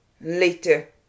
later